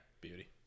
Beauty